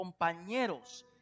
compañeros